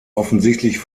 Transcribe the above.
offensichtlich